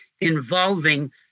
involving